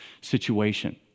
situation